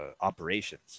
operations